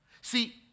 See